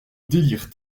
délire